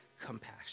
compassion